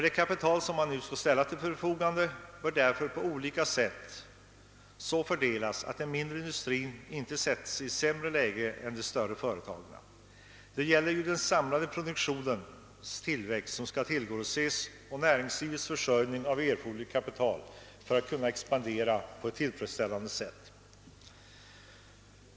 Det kapital som skall ställas till förfogande bör fördelas så att den mindre industrin inte försättes i ett sämre läge än de större företagen. Näringslivet måste få erforderligt kapital för att kunna expandera tillfredsställande.